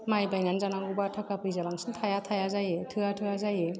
माय बायनानै जानांगौबा बांसिन थाखा फैसा थाया थाया जायो थोया थोया जायो